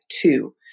two